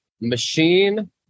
Machine